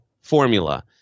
formula